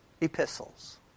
epistles